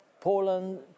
Poland